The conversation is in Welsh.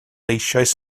eisoes